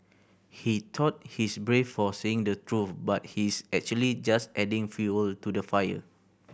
he thought he's brave for saying the truth but he's actually just adding fuel to the fire